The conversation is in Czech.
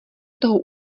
toho